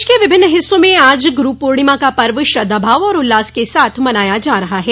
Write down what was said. प्रदेश के विभिन्न हिस्सों में आज गुरू पूर्णिमा का पव श्रद्वाभाव और उल्लास के साथ मनाया जा रहा है